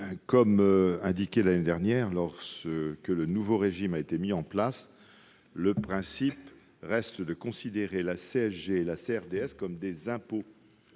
a été indiqué l'année dernière lorsque le nouveau régime a été mis en place, le principe reste de considérer la CSG et la CRDS comme des impôts